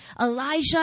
Elijah